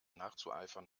nachzueifern